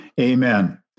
Amen